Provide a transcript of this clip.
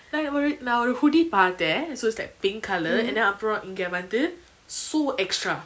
like ஒரு நா ஒரு:oru na oru hoodie பாத்த:patha so it's like pink coloured and then அப்ரோ இங்க வந்து:apro inga vanthu so extra